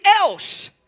else